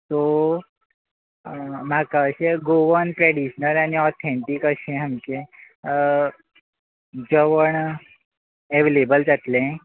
so म्हाका अशें Goan traditional आनी ओथेंटीक अशें हांगचें जेवण एवेलेबल जातलें